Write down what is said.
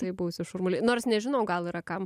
kai būsi šurmuly nors nežinau gal yra kam